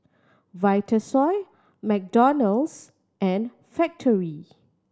Vitasoy McDonald's and Factorie